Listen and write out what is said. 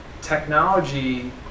technology